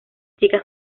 chicas